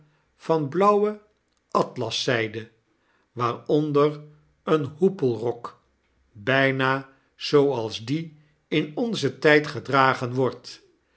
van blauwe atlaszgde waaronder een hoepeirok bpa zooals die in onzen tijd gedragen wordt